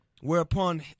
Whereupon